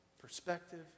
perspective